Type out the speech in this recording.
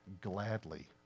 gladly